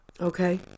Okay